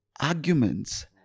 arguments